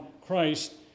Christ